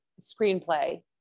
screenplay